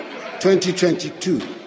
2022